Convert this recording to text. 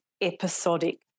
episodic